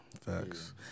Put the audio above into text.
Facts